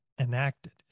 enacted